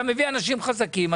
אתה מביא אנשים חזקים,